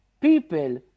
people